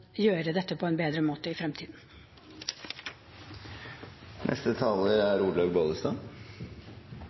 gjøre dette på en bedre måte i fremtiden.